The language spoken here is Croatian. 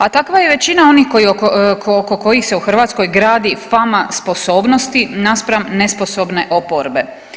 A takva je većina onih oko kojih se u Hrvatskoj gradi fama sposobnosti naspram nesposobne oporbe.